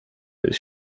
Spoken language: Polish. jest